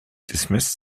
dismissed